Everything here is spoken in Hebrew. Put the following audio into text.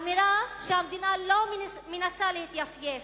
אמירה שהמדינה לא מנסה להתייפייף.